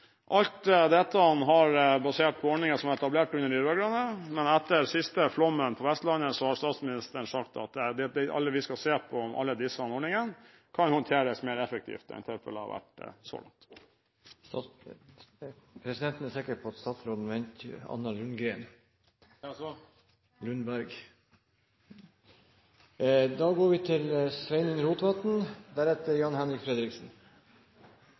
Alt dette er basert på ordninger som ble etablert under de rød-grønne, men etter den siste flommen på Vestlandet har statsministeren sagt at vi skal se på om alle disse ordningene kan håndteres mer effektivt enn det som har vært tilfellet så langt. Arbeidarpartiet og representanten Henriksen kan fint halde seg både til representanten Skei Grande og til underteikna, for eg er jo einig i at det blå utkastet til